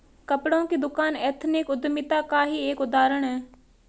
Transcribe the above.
कपड़ों की दुकान एथनिक उद्यमिता का ही एक उदाहरण है